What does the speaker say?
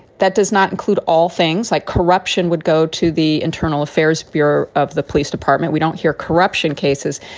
that does not include all things like corruption would go to the internal affairs, fear of the police department. we don't hear corruption cases,